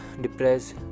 depressed